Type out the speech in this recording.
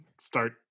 start